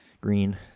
green